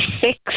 six